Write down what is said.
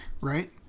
right